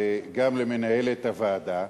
וגם למנהלת הוועדה.